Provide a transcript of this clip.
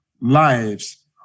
lives